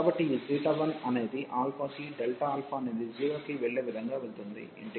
కాబట్టి ఈ 1 అనేది కి అనేది 0 కి వెళ్లే విధంగా వెళుతుం ది